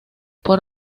por